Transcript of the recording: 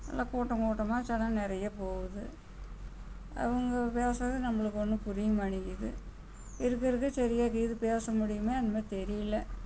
நல்லா கூட்டம் கூட்டமாக சனம் நிறையா போகுது அவங்க பேசுகிறது நம்மளுக்கு ஒன்றும் புரிய மாட்டேங்கிறது இருக்க இருக்க சரியாக்கி இது பேச முடியுமோ என்னமோ தெரியல